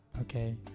Okay